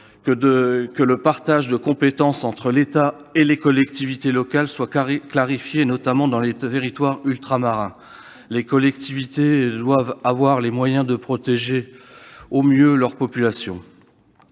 que le partage de compétences entre l'État et les collectivités locales soit clarifié, en particulier dans les territoires ultramarins. Les collectivités doivent avoir les moyens de protéger au mieux leur population.